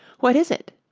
what is it